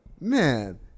Man